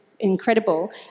incredible